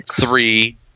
three